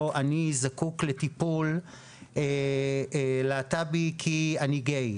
"..אני זקוק לטיפול להט"ב כי אני גיי..".